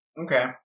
Okay